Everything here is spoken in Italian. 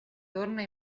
torna